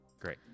Great